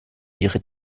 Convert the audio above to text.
ihre